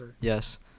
Yes